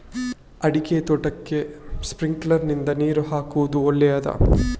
ಅಡಿಕೆ ತೋಟಕ್ಕೆ ಸ್ಪ್ರಿಂಕ್ಲರ್ ನಿಂದ ನೀರು ಹಾಕುವುದು ಒಳ್ಳೆಯದ?